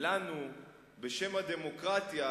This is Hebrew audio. לנו בשם הדמוקרטיה,